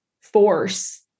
force